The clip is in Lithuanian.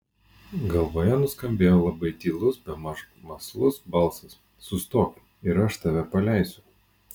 galvoje nuskambėjo labai tylus bemaž mąslus balsas sustok ir aš tave paleisiu